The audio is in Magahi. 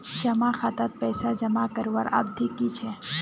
जमा खातात पैसा जमा करवार अवधि की छे?